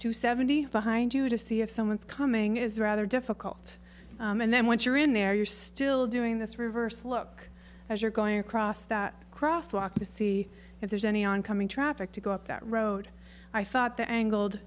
to seventy behind you to see if someone's coming is rather difficult and then once you're in there you're still doing this reverse look as you're going across that crosswalk to see if there's any on coming traffic to go up that road i thought the angle